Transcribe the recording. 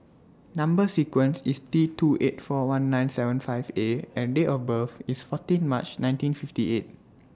Number sequence IS T two eight four one nine seven five A and Date of birth IS fourteen March nineteen fifty eight